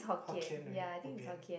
hokkien right bobian